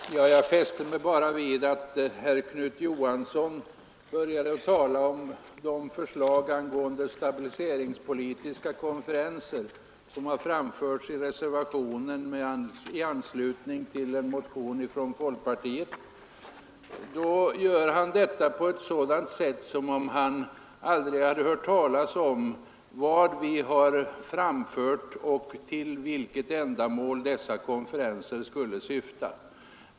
Herr talman! Jag fäste mig vid att när herr Knut Johansson började tala om det förslag angående stabiliseringspolitiska konferenser som har framförts i reservationen i anslutning till en motion från folkpartiet gjorde han detta på ett sätt som om han aldrig hade hört talas om vad vi framfört eller vart dessa konferenser skulle syfta.